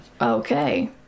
Okay